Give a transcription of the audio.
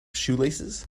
shoelaces